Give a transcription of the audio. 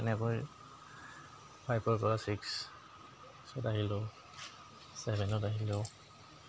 তেনেকৈ ফাইভৰ পৰা ছিক্সত আহিলোঁ ছেভেনত আহিলোঁ